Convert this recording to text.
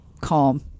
calm